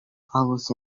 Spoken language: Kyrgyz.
алыс